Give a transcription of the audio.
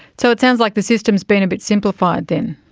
so it sounds like the system has been a bit simplified then.